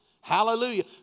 Hallelujah